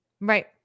right